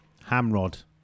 Hamrod